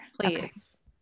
please